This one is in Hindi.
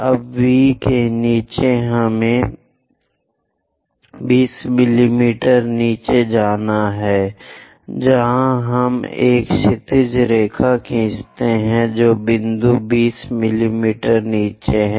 अब V के नीचे हमें 20 मिमी नीचे जाना है जहाँ हम एक क्षैतिज रेखा खींचते हैं जो बिंदु 20 मिमी नीचे है